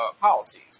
policies